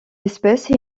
espèce